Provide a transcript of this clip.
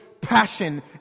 passion